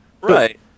right